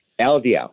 LDL